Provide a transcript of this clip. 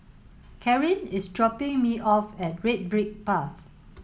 Karin is dropping me off at Red Brick Path